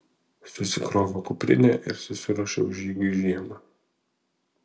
susikroviau kuprinę ir susiruošiau žygiui žiemą